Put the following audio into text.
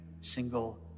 single